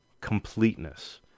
completeness